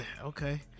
okay